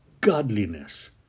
godliness